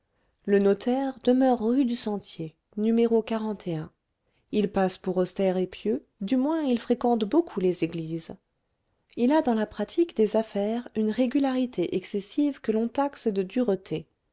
le notaire demeure rue du sentier n il passe pour austère et pieux du moins il fréquente beaucoup les églises il a dans la pratique des affaires une régularité excessive que l'on taxe de dureté